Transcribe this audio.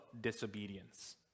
disobedience